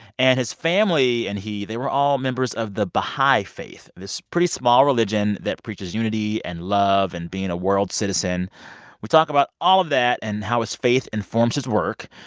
and his family and he, they were all members of the baha'i faith, this pretty small religion that preaches unity and love and being a world citizen we talk about all of that and how his faith informs his work.